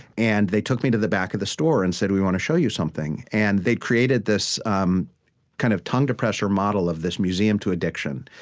and they took me to the back of the store and said, we want to show you something. and they'd created this um kind of tongue-depressor model of this museum to addiction.